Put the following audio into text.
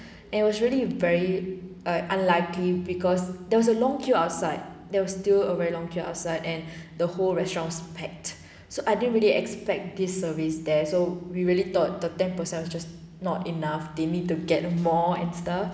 and it was really very like unlikely because there was a long queue outside there was still a very long queue outside and the whole restaurants was packed so I didn't really expect this service there so we really thought the ten percent was just not enough they need to get more and stuff